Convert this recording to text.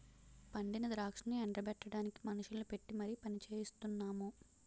పండిన ద్రాక్షను ఎండ బెట్టడానికి మనుషుల్ని పెట్టీ మరి పనిచెయిస్తున్నాము